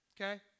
okay